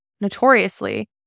notoriously